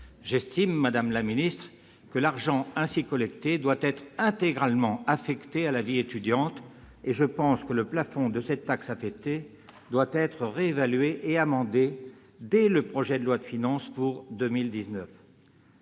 J'estime, madame la ministre, que l'argent ainsi collecté doit être intégralement affecté à la vie étudiante et que le plafond de cette taxe affectée doit être réévalué et amendé dès le projet de loi de finances pour 2019.